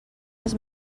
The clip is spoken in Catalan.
els